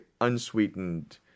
unsweetened